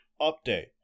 update